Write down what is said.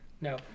No